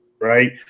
right